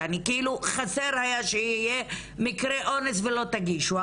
יענו חסר היה שיהיה מקרה אונס ואתם לא תגישו.